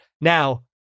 Now